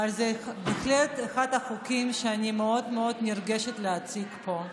אבל זה בהחלט אחד החוקים שאני מאוד מאוד נרגשת להציג פה.